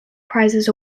prizes